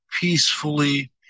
peacefully